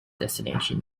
destination